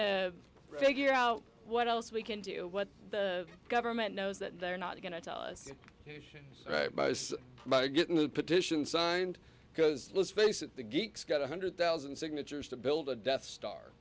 to figure out what else we can do what the government knows that they're not going to tell us about getting the petition signed because let's face it the geeks got one hundred thousand signatures to build a death star